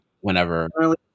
whenever